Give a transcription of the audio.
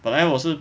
本来我是